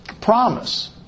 promise